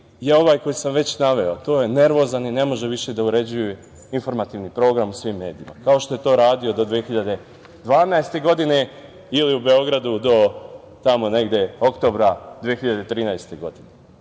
je ovaj koji sam već naveo, a to je nervozan jer ne može više da uređuje informativni program u svim medijima kao što je to radio do 2012. godine ili u Beogradu tamo do oktobra 2013. godine.